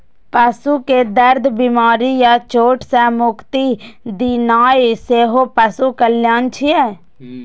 पशु कें दर्द, बीमारी या चोट सं मुक्ति दियेनाइ सेहो पशु कल्याण छियै